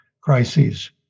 crises